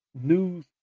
news